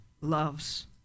loves